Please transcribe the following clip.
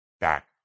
back